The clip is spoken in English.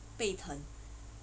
被疼